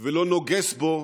ולא נוגס בו